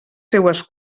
seues